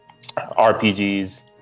rpgs